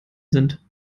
sind